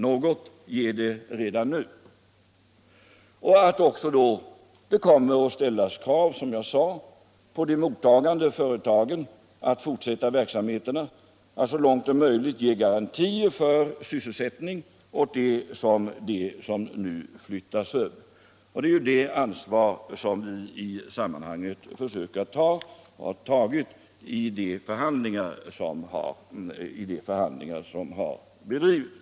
Något ger det redan nu. Som jag sade, ställs det också krav på de mottagande företagen att fortsätta verksamheterna och så långt det är möjligt ge garantier för sysselsättning åt dem som nu flyttas över. Det ansvaret har vi tagit vid de förhandlingar som bedrivits.